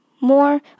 more